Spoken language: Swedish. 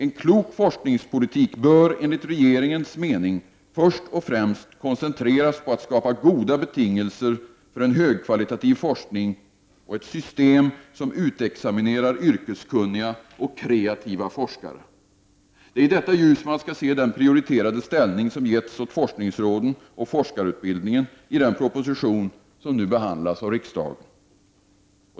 En klok forskningspolitik bör enligt regeringens mening först och främst koncentreras på att skapa goda betingelser för en högkvalitativ forskning och ett system som utexaminerar yrkeskunniga och kreativa forskare. Det är i detta ljus man skall se den prioriterade ställning som givits åt forskningsråden och forskarutbildningen i den proposition som i dag behandlas av riksdagen.